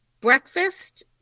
breakfast